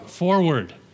forward